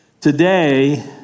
today